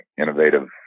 innovative